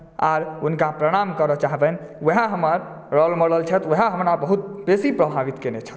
आओर हुनका प्रणाम करय चाहबनि वएह हमर रोल मॉडल छथि उएह हमरा बहुत बेसी प्रभावित कयने छथि